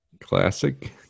classic